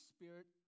Spirit